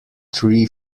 three